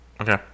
Okay